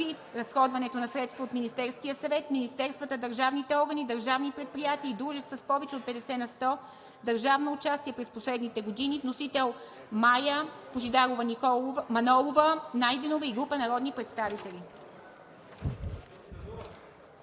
разходването на средства от Министерския съвет, министерствата, държавните органи, държавни предприятия и дружества с повече от 50 на сто държавно участие през последните години. Внесен е от Мая Божидарова Манолова-Найденова и група народни представители.